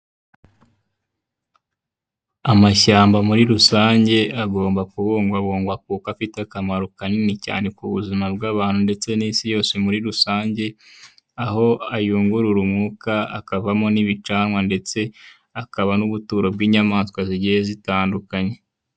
Amashyamba muri rusange agomba kubungabungwa kuko afite akamari kanini cyan eku buzima bw'umunut ndetse n'isi yose muri rusange, aho ayungurura umwuka, akavamo n'ibicanwa ndetse akaba n'ubuturo bw'inyamaswa zigiye zitandukanye.